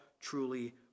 truly